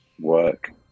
work